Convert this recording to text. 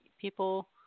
people